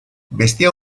vestía